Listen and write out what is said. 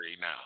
now